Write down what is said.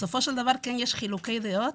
בסופו של דבר כן יש חילוקי דעות,